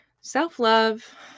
self-love